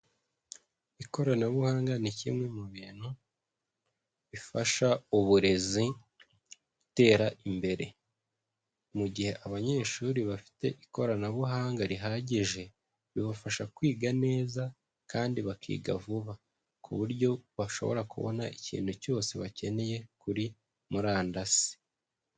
Ikoranabuhanga ni kimwe mu bintu bifasha uburezi gutera imbere. Mu gihe abanyeshuri bafite ikoranabuhanga rihagije bibafasha kwiga neza kandi bakiga vuba ku buryo bashobora kubona ikintu cyose bakeneye kuri murandasi.